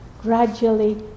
gradually